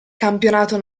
campionato